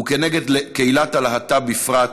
וכנגד קהילת הלהט"ב בפרט,